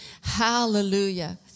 Hallelujah